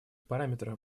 параметров